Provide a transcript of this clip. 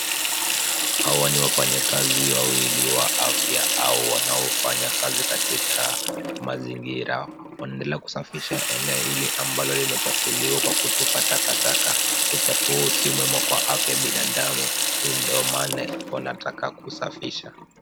Hawa ni wafanyakazi wawili wa afya au wanaofanya kazi katika mazingira. Wanaendelea kusafisha eneo hili ambalo limechafuliwa kwa kutupa takataka. Uchafu huu si mwema kwa afya ya binadamu ndio maana wanataka kusafisha.